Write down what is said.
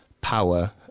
power